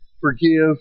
forgive